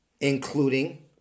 including